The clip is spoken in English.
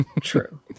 True